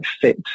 fit